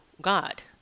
God